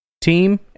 team